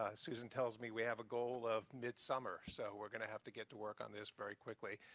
ah susan tells me we have a goal of mid summer. so we're going to have to get to work on this very quickly,